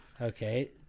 Okay